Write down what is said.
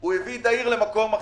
הוא הביא את העיר למקום אחר.